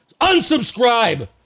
Unsubscribe